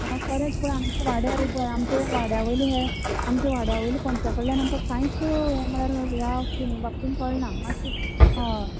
खरेंच पूण आमच्या वाड्यार आमच्या वाड्या वयले हे आमचे वाड्या वयले पंचा कडल्यान कांयच हें म्हळ्यार ह्या स्किमी बाबतीन कळना हय